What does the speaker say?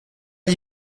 les